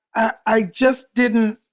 i just didn't.